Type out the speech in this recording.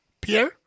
Pierre